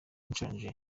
nshonje